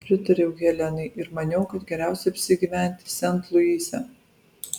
pritariau helenai ir maniau kad geriausia apsigyventi sent luise